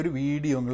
video